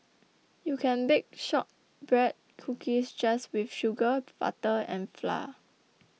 you can bake Shortbread Cookies just with sugar butter and flour